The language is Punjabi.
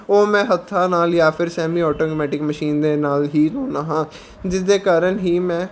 ਉਹ ਮੈਂ ਹੱਥਾਂ ਨਾਲ ਜਾਂ ਫਿਰ ਸੈਮੀ ਆਟੋਮੈਟਿਕ ਮਸ਼ੀਨ ਦੇ ਨਾਲ ਹੀ ਧੋਂਦਾ ਹਾਂ ਜਿਸਦੇ ਕਾਰਨ ਹੀ ਮੈਂ